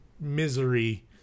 misery